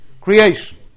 Creation